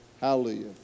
Hallelujah